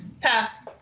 pass